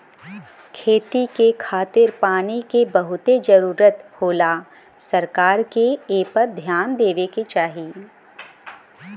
खेती के खातिर पानी के बहुते जरूरत होला सरकार के एपर ध्यान देवे के चाही